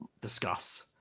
Discuss